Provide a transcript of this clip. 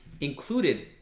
included